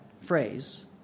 phrase